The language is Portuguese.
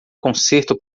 concerto